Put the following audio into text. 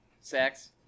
sex